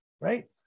Right